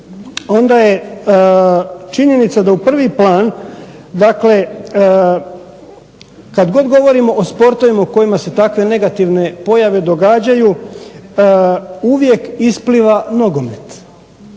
onda je činjenica da u prvi plan dakle kad god govorimo o sportovima u kojima se takve negativne pojave događaju uvijek ispliva nogomet.